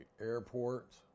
airports